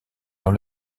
dans